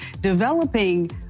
developing